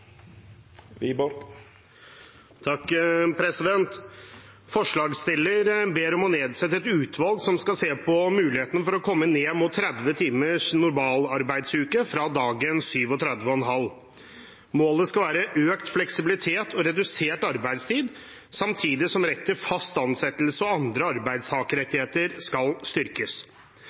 ber om at det nedsettes et utvalg som skal se på mulighetene for å komme ned mot 30 timers normalarbeidsuke, fra dagens 37,5 timer. Målet skal være økt fleksibilitet og redusert arbeidstid samtidig som rett til fast ansettelse og andre arbeidstakerrettigheter skal